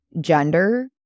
gender